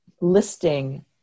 listing